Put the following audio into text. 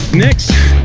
next,